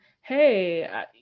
hey